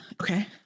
okay